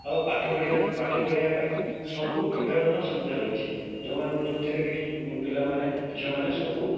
ଆଉ ପାଠ ପଢ଼ିବା ପାଠ ପଢ଼ିବାପାଇଁ ସବୁପ୍ରକାରର ସୁବିଧା ରହିଛି ଯେଉଁମାନେ ଯୋଉଁଥିରେ କି ପିଲାମାନେ ଝିଅମାନେ ସବୁ